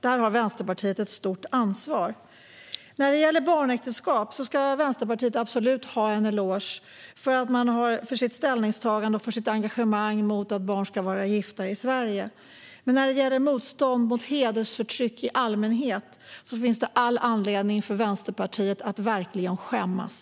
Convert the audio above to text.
Vänsterpartiet har där ett stort ansvar. När det gäller barnäktenskap ska Vänsterpartiet absolut ha en eloge för sitt ställningstagande och engagemang mot att barn i Sverige ska vara gifta. Men när det gäller motstånd mot hedersförtryck i allmänhet finns det all anledning för Vänsterpartiet att verkligen skämmas.